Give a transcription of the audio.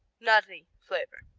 nutty flavor.